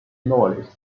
novelist